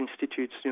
institutes